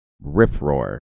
rip-roar